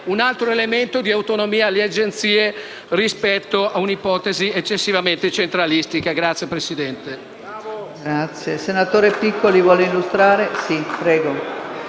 un altro elemento di autonomia delle Agenzie rispetto a un'ipotesi eccessivamente centralistica. *(Applausi